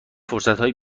فرصتهای